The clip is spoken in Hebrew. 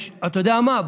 אתה יודע מה?